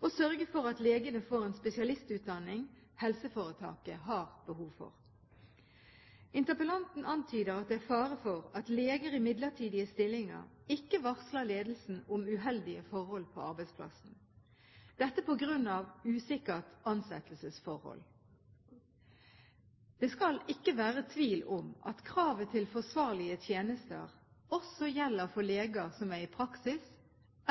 og sørge for at legene får en spesialistutdanning helseforetaket har behov for. Interpellanten antyder at det er fare for at leger i midlertidige stillinger ikke varsler ledelsen om uheldige forhold på arbeidsplassen, dette på grunn av usikkert ansettelsesforhold. Det skal ikke være tvil om at kravet til forsvarlige tjenester også gjelder for leger som er i praksis